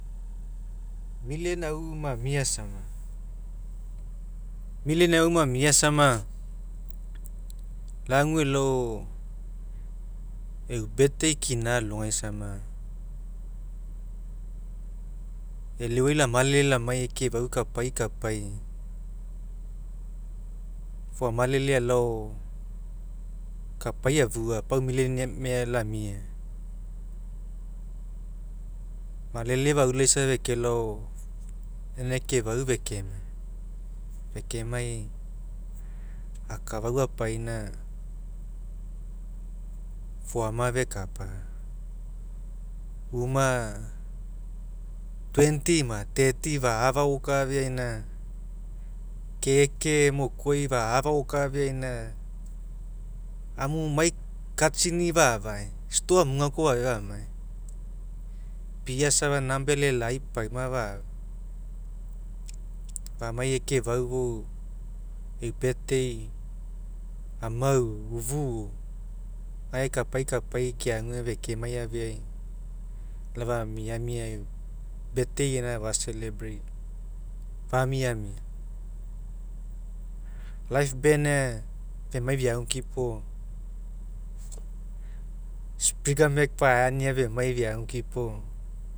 Millionaire au mamia sama lagu elao e'u birthday kina aisama e'eleuai lamalele lamai ekefa'au kapai kapai fou amalele alao kapi afuga, pau millionaire lamia malele faulaisa fekelao lau ekefa'au fekemai fekemai akafau fapaina foama fekap una twenty ma thirty fa'afa oka afeaina keke gae mokuai fa'afa oka afeaina amu mai e'i katsini fa'afi store amuga koa fafia famai pia safa number eelelai pauma fa'afa famai ekefa'au fou e'u birthday amau ufu gae kapai kapai keague fekemai afeai la efa miamia. Live band femai feagukipo spriggamek fa'hire nia fenai feagukipo